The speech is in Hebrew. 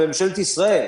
לממשלת ישראל,